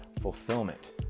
fulfillment